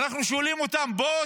ואנחנו שואלים אותם: בואו,